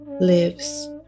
lives